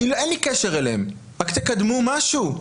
אין לי קשר אליהם, רק תקדמו משהו.